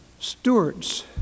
stewards